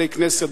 בתי-כנסת,